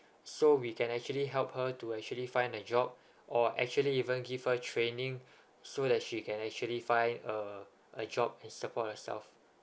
so we can actually help her to actually find a job or actually even give her training so that she can actually find a a job and support herself